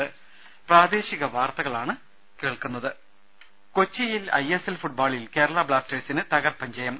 ് കൊച്ചിയിൽ I S L ഫുട്ബോളിൽ കേരളാ ബ്ലാസ്റ്റേ ഴ്സിന് തകർപ്പൻ ജയം